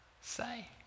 say